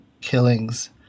killings